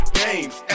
games